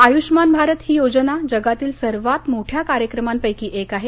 आयुष्मान भारत योजना ही जगातील सर्वात मोठ्या कार्यक्रमांपैकी एक आहे